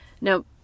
Now